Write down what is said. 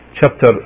Chapter